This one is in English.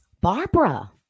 Barbara